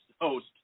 host